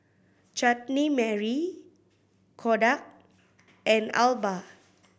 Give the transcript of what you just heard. Chutney Mary Kodak and Alba